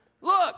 look